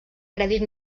crèdit